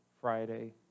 Friday